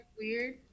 weird